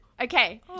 Okay